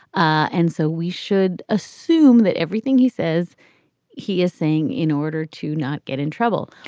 and so we should assume that everything he says he is saying, in order to not get in trouble,